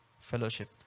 fellowship